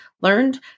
learned